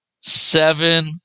seven